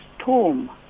storm